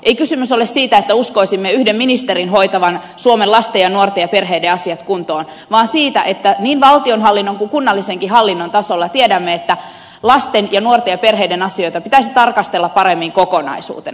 ei kysymys ole siitä että uskoisimme yhden ministerin hoitavan suomen lasten ja nuorten ja perheiden asiat kuntoon vaan siitä että niin valtionhallinnon kuin kunnallisenkin hallinnon tasolla tiedämme että lasten ja nuorten ja perheiden asioita pitäisi tarkastella paremmin kokonaisuutena